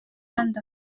uganda